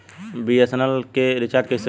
BSNL के recharge कैसे होयी?